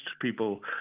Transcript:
people